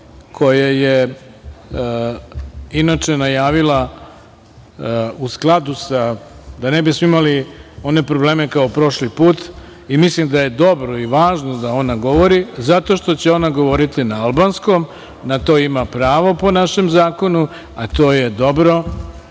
koja je inače najavila, da ne bismo imali one probleme kao prošli put, i mislim da je dobro i važno da ona govori, zato što će ona govoriti na albanskom, na to ima pravo po našem zakonu, a to je dobro,